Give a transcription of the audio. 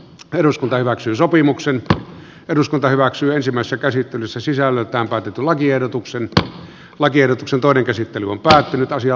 eduskunta hyväksyy sopimuksen ja eduskunta hyväksyy ensimmäistä käsittelyssä sisällöltään katetun lakiehdotuksen että lakiehdotuksen toinen käsittely on päättynyt ja